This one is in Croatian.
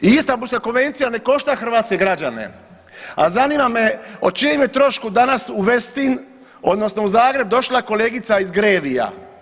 I Istambulska konvencija ne košta hrvatske građane, a zanima me o čijem je trošku danas u Westi in odnosno u Zagreb došla kolegica iz GREVIA.